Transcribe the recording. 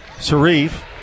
Sharif